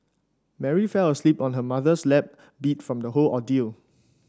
Mary fell asleep on her mother's lap beat from the whole ordeal